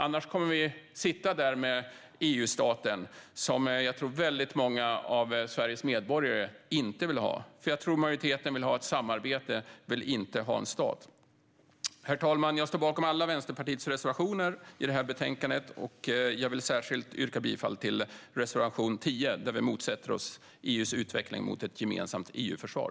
Annars kommer vi att sitta där med EU-staten, som jag tror att väldigt många av Sveriges medborgare inte vill ha. Jag tror att majoriteten vill ha ett samarbete men inte en stat. Herr talman! Jag står bakom alla Vänsterpartiets reservationer i detta betänkande. Jag vill särskilt yrka bifall till reservation 10, där vi motsätter oss EU:s utveckling mot ett gemensamt EU-försvar.